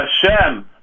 Hashem